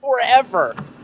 forever